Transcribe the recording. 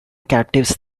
captives